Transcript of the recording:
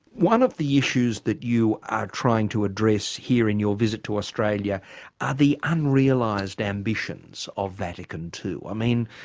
one of the issues that you are trying to address here in your visit to australia are the unrealised ambitions of vatican ii. i mean,